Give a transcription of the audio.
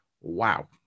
wow